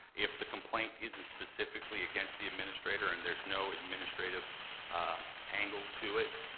if the complaint isn't specifically against the administrator, and there's no administrative angle to it,